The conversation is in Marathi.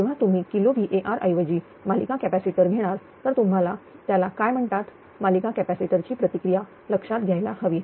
जेव्हा तुम्ही किलो VAr ऐवजी मालिका कॅपॅसिटर घेणार तर तुम्हाला त्याला काय म्हणाल मालिका कॅपॅसिटर ची प्रतिक्रिया लक्षात घ्यायला हवी